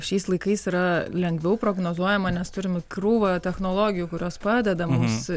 šiais laikais yra lengviau prognozuojama nes turim krūvą technologijų kurios padeda mums